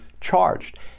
charged